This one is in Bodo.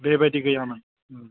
बेबायदि गैयामोन